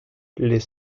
les